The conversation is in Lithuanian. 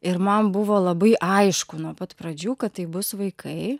ir man buvo labai aišku nuo pat pradžių kad tai bus vaikai